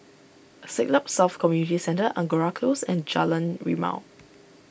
Siglap South Community Centre Angora Close and Jalan Rimau